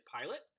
pilot